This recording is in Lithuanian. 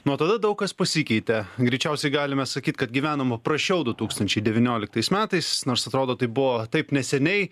nuo tada daug kas pasikeitė greičiausiai galime sakyt kad gyvenam praščiau du tūkstančiai devynioliktais metais nors atrodo tai buvo taip neseniai